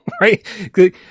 right